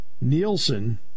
Nielsen